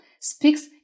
speaks